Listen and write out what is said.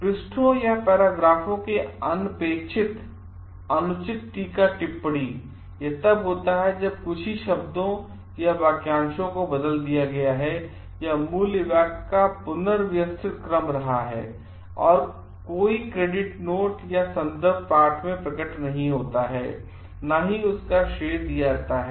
पृष्ठों या पैराग्राफों के अनपेक्षित अनुचित टीका टिप्पड़ी यह तब होता है जब कुछ ही शब्दों या वाक्यांशों को बदल दिया गया है या मूल वाक्य का पुनर्व्यवस्थित क्रम रहा है और कोई क्रेडिट नोट या संदर्भ पाठ में प्रकट नहीं होता है न ही उसका श्रेय दिया जाता है